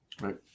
right